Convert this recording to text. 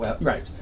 Right